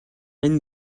энэ